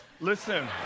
Listen